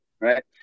right